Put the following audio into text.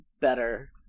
better